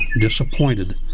disappointed